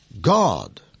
God